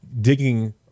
digging